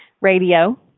Radio